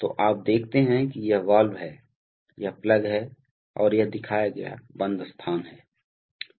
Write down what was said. तो आप देखते हैं कि यह वाल्व है यह प्लग है और यह दिखाया गया बंद स्थान है